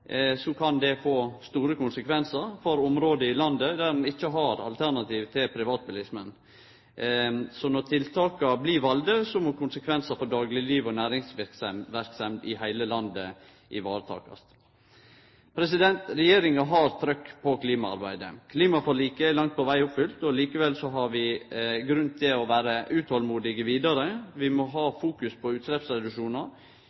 Så når tiltaka blir valde, må ein vurdere konsekvensane av dei for daglegliv og næringsverksemd i heile landet, slik at dette blir teke vare på. Regjeringa har trykk på klimaarbeidet. Klimaforliket er langt på veg oppfylt. Likevel har vi grunn til å vere utålmodige vidare. Vi må